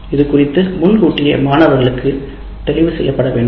இது குறித்து முன்கூட்டியே மாணவர்களுக்கு தெளிவு செய்யப்படவேண்டும்